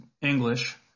English